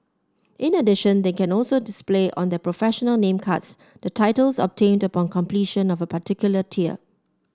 in addition they can also display on their professional name cards the titles obtained upon completion of a particular tier